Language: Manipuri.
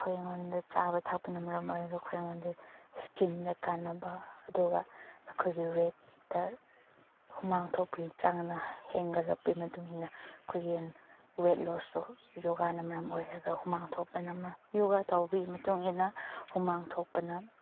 ꯑꯩꯈꯣꯏꯉꯣꯟꯗ ꯆꯥꯕ ꯊꯛꯄꯅ ꯃꯔꯝ ꯑꯣꯏꯔꯒ ꯑꯩꯈꯣꯏꯉꯣꯟꯗ ꯏꯁꯀꯤꯟꯗ ꯀꯥꯟꯅꯕ ꯑꯗꯨꯒ ꯑꯩꯈꯣꯏꯒꯤ ꯋꯦꯠꯇ ꯍꯨꯃꯥꯡ ꯊꯣꯛꯄꯒꯤ ꯆꯥꯡꯅ ꯍꯦꯟꯒꯠꯂꯛꯄꯒꯤ ꯃꯇꯨꯡ ꯏꯟꯅ ꯑꯩꯈꯣꯏꯒꯤ ꯋꯦꯠ ꯂꯣꯁꯁꯨ ꯌꯣꯒꯥꯅ ꯃꯔꯝ ꯑꯣꯏꯔꯒ ꯍꯨꯃꯥꯡ ꯊꯣꯛꯄꯅ ꯃꯔꯝ ꯌꯣꯒꯥ ꯇꯧꯕꯒꯤ ꯃꯇꯨꯡ ꯏꯟꯅ ꯍꯨꯃꯥꯡ ꯊꯣꯛꯄꯅ